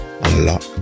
unlock